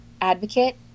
advocate